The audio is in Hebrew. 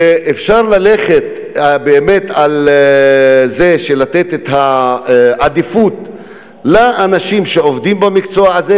שבאמת אפשר ללכת על זה ולתת את העדיפות לאנשים שעובדים במקצוע הזה,